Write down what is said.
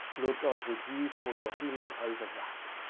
lord god, would you pour your healing over that.